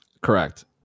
Correct